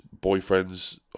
boyfriends